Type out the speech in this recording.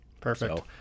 Perfect